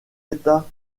états